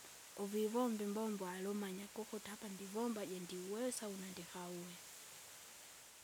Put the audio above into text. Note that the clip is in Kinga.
Uvivomba imbombo alumanya kukuti apa ndivomba jindiwesa una ndikauwese.